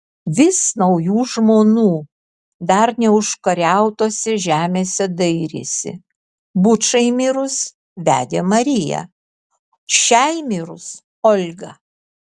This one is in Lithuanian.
vis naujų žmonų dar neužkariautose žemėse dairėsi bučai mirus vedė mariją šiai mirus olgą